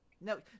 No